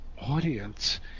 Audience